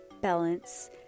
Balance